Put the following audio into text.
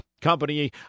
company